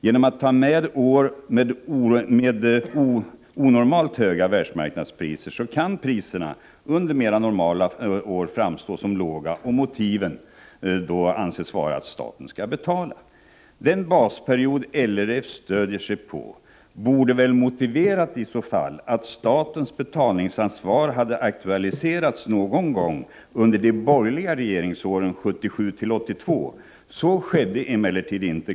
Genom att de tar med år med onormalt höga världsmarknadspriser kan priserna under mera normala år framstå som låga och anföras som motiv för att staten skall betala. Den basperiod LRF stöder sig på borde väl i så fall ha motiverat att statens betalningsansvar aktualiserats någon gång under de borgerliga regeringsåren 1977-1982. Så skedde emellertid inte.